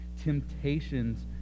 Temptations